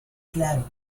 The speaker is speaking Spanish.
claro